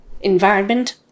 environment